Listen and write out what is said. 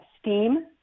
STEAM